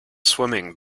swimming